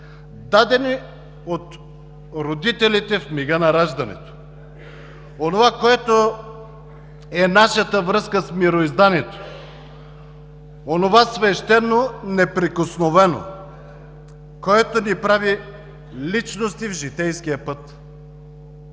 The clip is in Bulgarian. дадено от родителите в мига на раждането; онова, което е нашата връзка с мирозданието; онова свещено, неприкосновено, което ни прави личности в житейския път.